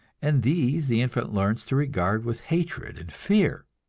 and these the infant learns to regard with hatred and fear.